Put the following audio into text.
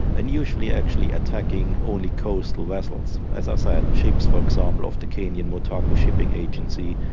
and usually actually attacking only coastal vessels as i said, ships, for example, of the kenyan motaku shipping agency.